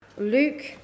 Luke